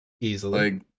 Easily